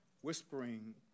whispering